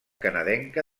canadenca